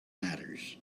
matters